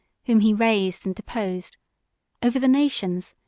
whom he raised and deposed over the nations,